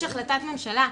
יש החלטת ממשלה.